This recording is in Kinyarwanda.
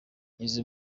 izi